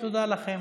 תודה לכם.